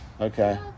Okay